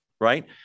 Right